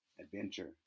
adventure